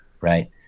right